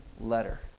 letter